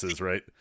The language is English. right